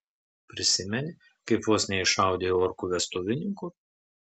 prisimeni kaip vos neiššaudei orkų vestuvininkų